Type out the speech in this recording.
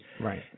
Right